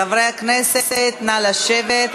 חברי הכנסת, נא לשבת.